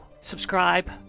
subscribe